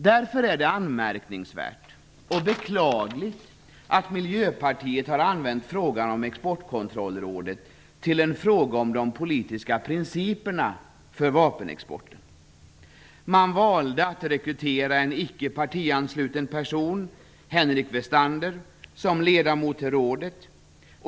Därför är det anmärkningsvärt och beklagligt att Miljöpartiet har använt frågan om Exportkontrollrådet till en fråga om de politiska principerna för vapenexporten. Man valde att rekrytera en icke partiansluten person, Henrik Westander, som ledamot till rådet.